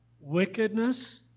wickedness